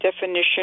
definition